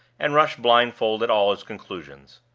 and rushed blindfold at all his conclusions.